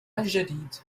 الجديد